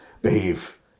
behave